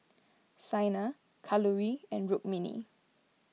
Saina Kalluri and Rukmini